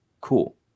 Cool